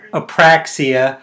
apraxia